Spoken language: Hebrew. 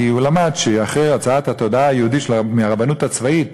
כי הוא למד שאחרי הוצאת התודעה היהודית מהרבנות הצבאית,